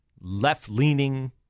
left-leaning